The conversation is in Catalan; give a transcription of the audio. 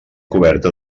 coberta